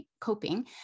coping